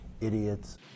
idiots